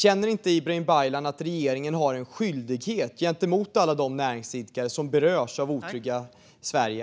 Känner inte Ibrahim Baylan att regeringen har en skyldighet gentemot alla de näringsidkare som berörs av otryggheten i Sverige?